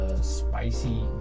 spicy